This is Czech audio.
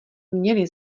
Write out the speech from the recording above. měli